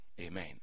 Amen